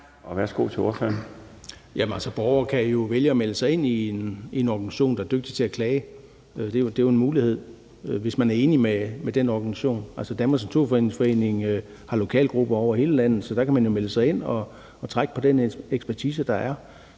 Egge Rasmussen (EL): Altså, borgere kan jo vælge at melde sig ind i en organisation, der er dygtig til at klage. Det er jo en mulighed, hvis man er enig med den organisation. Danmarks Naturfredningsforening har lokalgrupper over hele landet, så der kan man melde sig ind og trække på den ekspertise, der er.